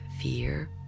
fear